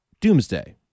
Doomsday